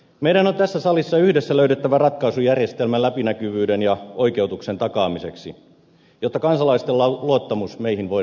meidän on tässä salissa yhdessä löydettävä ratkaisu järjestelmän läpinäkyvyyden ja oikeutuksen takaamiseksi jotta kansalaisten luottamus meihin voidaan palauttaa